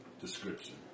description